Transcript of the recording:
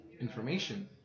information